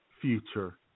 Future